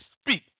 speak